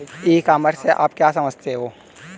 ई commerce से आप क्या समझते हो?